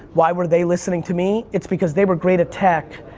why were they listening to me? it's because they were great a tech,